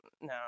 no